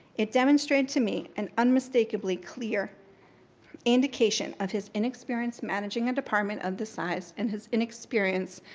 it demonstrated to me an unmistakably clear indication of his inexperience managing a department of this size and his inexperience,